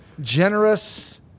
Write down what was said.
generous